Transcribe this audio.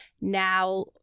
now